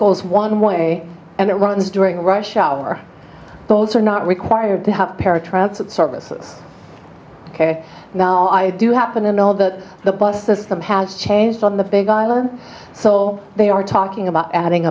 goes one way and it runs during rush hour those are not required to have paratransit services now i do happen to know that the bus system has changed on the big island so they are talking about adding